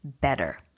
better